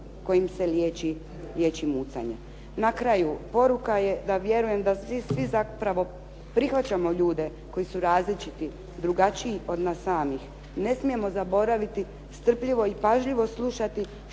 kojim se liječi mucanje. Na kraju, poruka je da vjerujem da svi zapravo prihvaćamo ljude koji su različiti, drugačiji od nas samih. Ne smijemo zaboraviti strpljivo i pažljivo slušati što